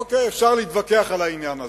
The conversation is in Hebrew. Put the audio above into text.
אוקיי, אפשר להתווכח על העניין,